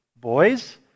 Boys